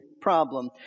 problem